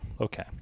okay